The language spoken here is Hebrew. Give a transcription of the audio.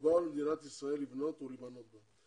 ובאו למדינת ישראל לבנות ולהיבנות בה.